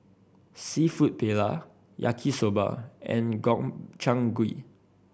Seafood Paella Yaki Soba and Gobchang Gui